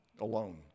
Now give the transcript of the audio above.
alone